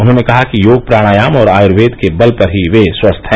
उन्होंने कहा कि योग प्रणायाम और आयूर्वेद के बल पर ही वे स्वस्थ हैं